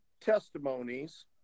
testimonies